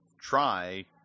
try